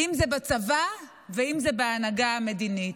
אם זה בצבא ואם זה בהנהגה המדינית.